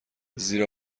زیر